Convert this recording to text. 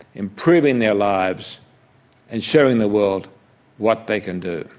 improving their lives and showing the world what they can do.